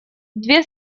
две